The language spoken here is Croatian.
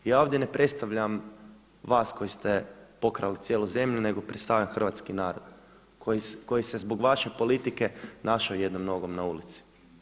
Ja ovdje ne predstavljam vas koji ste pokrali cijelu zemlju nego predstavljam hrvatski narod koji se zbog vaše politike našao jednom nogom na ulici.